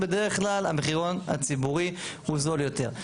בדרך כלל המחירון הציבורי הוא זול יותר.